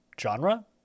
genre